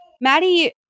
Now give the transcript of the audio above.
Maddie